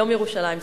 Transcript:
יום ירושלים שמח.